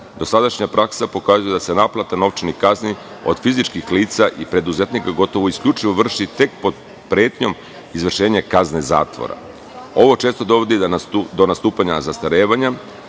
postupka. Dosadašnja praksa pokazuje da se naplata novčanih kazni od fizičkih lica i preduzetnika, isključivo vrši pod pretenjom izvršenja kazne zatvora. Ovo često dovodi do nastupanja zastarevanja,